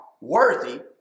worthy